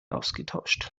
ausgetauscht